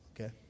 Okay